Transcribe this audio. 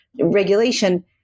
regulation